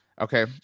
Okay